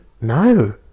No